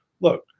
look